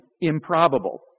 improbable